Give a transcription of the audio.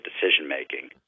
decision-making